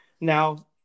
Now